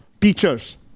teachers